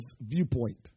viewpoint